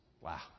Wow